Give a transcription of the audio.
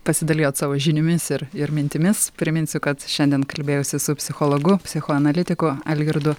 pasidalijot savo žiniomis ir ir mintimis priminsiu kad šiandien kalbėjausi su psichologu psichoanalitiku algirdu